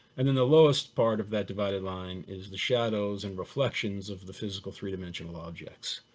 and then the lowest part of that divided line is the shadows and reflections of the physical three dimensional objects.